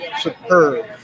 superb